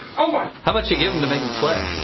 um ah how much you give him to make him sweat?